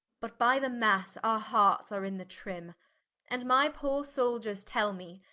but by the masse, our hearts are in the trim and my poore souldiers tell me,